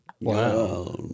Wow